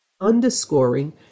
underscoring